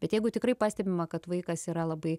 bet jeigu tikrai pastebima kad vaikas yra labai